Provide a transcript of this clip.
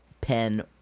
pen